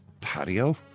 Patio